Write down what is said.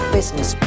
Business